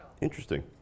Interesting